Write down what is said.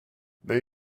they